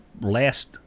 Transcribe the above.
last